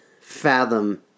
fathom